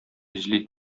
эзли